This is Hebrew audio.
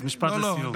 אז משפט לסיום.